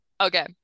Okay